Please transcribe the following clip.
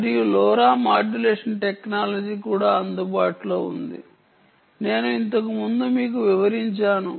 మరియు LoRa modulation technology కూడా అందుబాటులో ఉంది నేను ఇంతకు ముందు మీకు వివరించాను